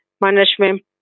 management